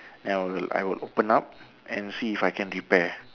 then I will I will open up and see if I can repair